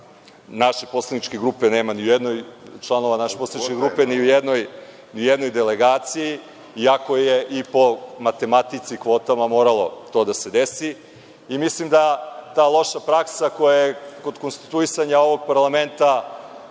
naše poslaničke grupe nema ni u jednoj delegaciji, iako je i po matematici i po kvotama moralo to da se desi. Mislim da ta loša praksa, koja je kod konstituisanja ovog parlamenta